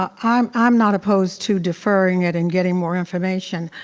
um i'm i'm not opposed to deferring it and getting more affirmation.